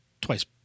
twice